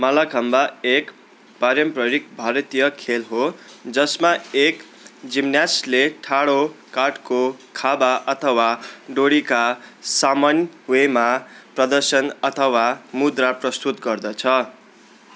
माल्लाखाम्बा एक पारम्परिक भारतीय खेल हो जसमा एक जिमनास्टले ठाडो काठको खाँबा अथवा डोरीका सामन्वेमा प्रदर्शन अथवा मुद्रा प्रस्तुत गर्दछ